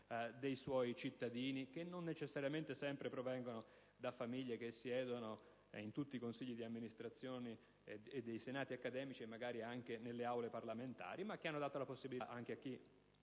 dei suoi cittadini, che non necessariamente provengono sempre da famiglie che siedono nei consigli di amministrazione e nei senati accademici e magari anche nelle Aule parlamentari, ma in passato ha dato la possibilità anche a chi